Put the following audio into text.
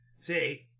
See